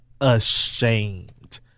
ashamed